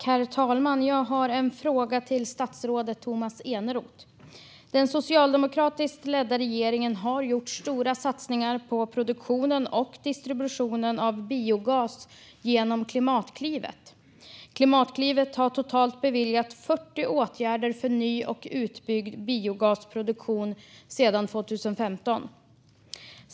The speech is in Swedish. Herr talman! Jag har en fråga till statsrådet Tomas Eneroth. Den socialdemokratiskt ledda regeringen har gjort stora satsningar på produktionen och distributionen av biogas genom Klimatklivet. Klimatklivet har totalt beviljat 40 åtgärder för ny och utbyggd biogasproduktion sedan 2015.